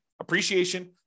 appreciation